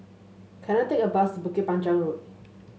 can I take a bus Bukit Panjang Road